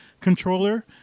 controller